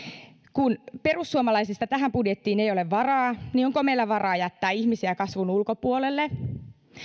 kun perussuomalaisista tähän budjettiin ei ole varaa niin onko meillä varaa jättää ihmisiä kasvun ulkopuolelle